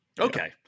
Okay